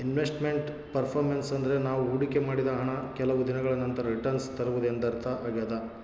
invest made performance ಅಂದ್ರೆ ನಾವು ಹೊಡಿಕೆ ಮಾಡಿದ ಹಣ ಕೆಲವು ದಿನಗಳ ನಂತರ ರಿಟನ್ಸ್ ತರುವುದು ಎಂದರ್ಥ ಆಗ್ಯಾದ